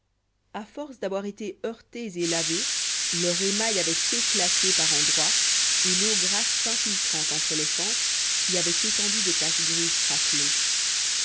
à force d'avoir été heurtées et lavées leur émail avait éclaté par endroit et l'eau grasse s'infiltrant entre les fentes y avait étendu des taches grises craquelées